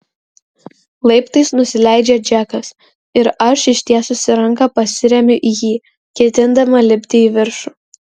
laiptais nusileidžia džekas ir aš ištiesusi ranką pasiremiu į jį ketindama lipti į viršų